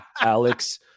Alex